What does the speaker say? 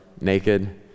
naked